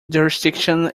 jurisdiction